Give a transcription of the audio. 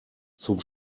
zum